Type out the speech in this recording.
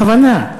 בכוונה.